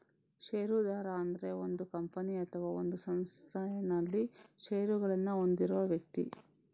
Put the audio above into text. ಷೇರುದಾರ ಅಂದ್ರೆ ಒಂದು ಕಂಪನಿ ಅಥವಾ ಒಂದು ಸಂಸ್ಥೆನಲ್ಲಿ ಷೇರುಗಳನ್ನ ಹೊಂದಿರುವ ವ್ಯಕ್ತಿ